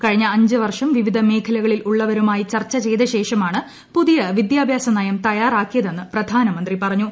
കഴിഞ്ഞ അഞ്ച് വർഷം വിവിധ മേഖലകളിലുമുള്ളവരുമായി ചർച്ച ചെയ്ത ശേഷമാണ് പുതിയ വിദ്യാഭ്യാസ നയം തയ്യാറാക്കിയതെന്ന് പ്രധാനമന്ത്രി പറഞ്ഞു